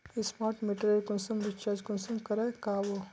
Smart मीटरेर कुंसम recharge कुंसम करे का बो?